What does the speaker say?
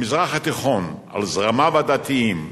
המזרח התיכון על זרמיו הדתיים,